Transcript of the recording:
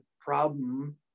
problem